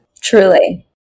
Truly